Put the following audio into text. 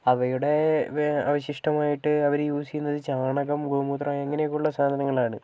അവയുടെ അവശിഷ്ടമായിട്ട് അവര് യൂസ് ചെയ്യുന്നത് ചാണകം ഗോമൂത്രം അങ്ങനെയൊക്കെയുള്ള സാധനങ്ങളാണ്